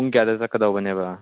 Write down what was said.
ꯄꯨꯡ ꯀꯌꯥꯗ ꯆꯠꯀꯗꯧꯕꯅꯦꯕ